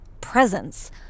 presence